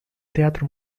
teatro